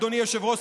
אדוני היושב-ראש,